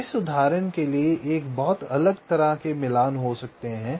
तो इस उदाहरण के लिए एक बहुत अलग तरह के मिलान हो सकते हैं